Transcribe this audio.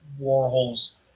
Warhol's